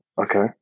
Okay